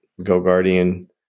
GoGuardian